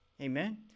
Amen